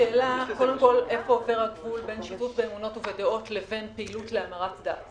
השאלה איפה עובר הגבול בין שיתוף באמונות ובדעות לבין פעילות להמרת דת.